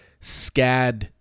SCAD